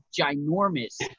ginormous